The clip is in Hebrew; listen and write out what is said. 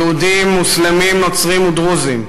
יהודים, מוסלמים, נוצרים ודרוזים,